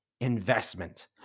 Investment